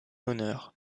honneur